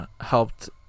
helped